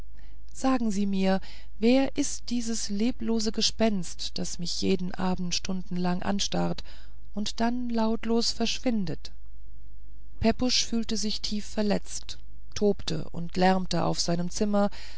sagen sie mir wer ist dieses leblose gespenst das mich jeden abend stundenlang anstarrt und dann lautlos verschwindet pepusch fühlte sich tief verletzt tobte und lärmte auf seinem zimmer